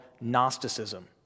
Gnosticism